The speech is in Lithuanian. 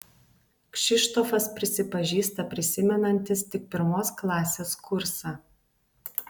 kšištofas prisipažįsta prisimenantis tik pirmos klasės kursą